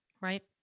right